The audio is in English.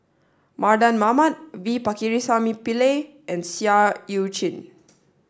Mardan Mamat V Pakirisamy Pillai and Seah Eu Chin